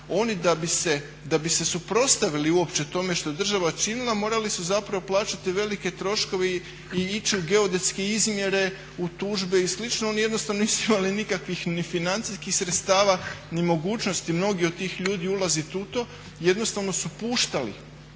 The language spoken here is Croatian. oni da bi se suprotstavili uopće tome što je država činila morali su zapravo plaćati velike troškove i ići u geodetske izmjere, u tužbe i slično. Oni jednostavno nisu imali nikakvih ni financijskih sredstava ni mogućnosti, mnogi od tih ljudi ulazit u to, jednostavno su puštali